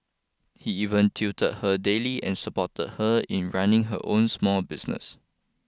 he even tutored her daily and supported her in running her own small business